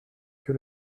que